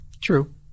True